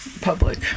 public